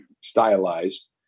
stylized